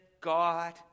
God